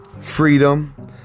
freedom